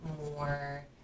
more